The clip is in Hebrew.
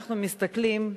כשאנחנו מסתכלים,